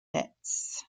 nets